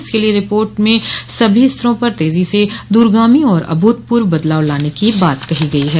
इसके लिए रिपोर्ट में सभी स्तरों पर तेजी से दूरगामी और अभूतपूर्व बदलाव लाने की बात कही गयी है